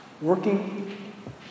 working